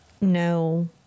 No